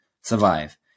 survive